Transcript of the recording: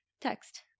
text